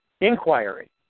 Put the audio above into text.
inquiry